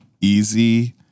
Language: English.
easy